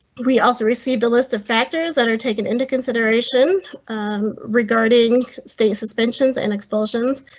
we also received a list of factors that are taken into consideration regarding state suspensions, an explosions,